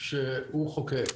שהוא חוקק.